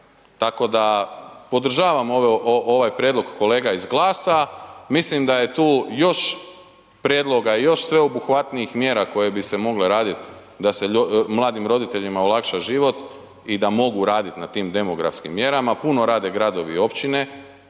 Tako da podržavam ovaj prijedlog kolega iz GLAS-a, mislim da je tu još prijedloga, još sveobuhvatnijih mjera koje bi se mogle raditi da se mladim roditeljima olakša život i da mogu raditi na tim demografskim mjerama, puno rade gradovi i općine,